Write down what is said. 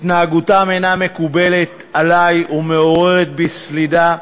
התנהגותם אינה מקובלת עלי ומעוררת בי סלידה.